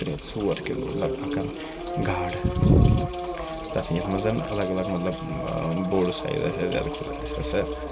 ژور کِلوٗ لَگ بگن گاڈٕ تَتھ یَتھ منٛز زَن الگ الگ مطلب بوٚڑ سایِڈ